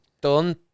done